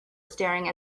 staring